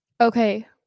Okay